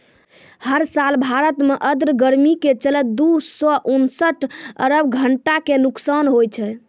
हर साल भारत मॅ आर्द्र गर्मी के चलतॅ दू सौ उनसठ अरब घंटा के नुकसान होय छै